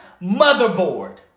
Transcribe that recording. motherboard